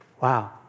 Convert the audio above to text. Wow